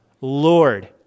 Lord